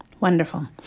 Wonderful